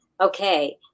Okay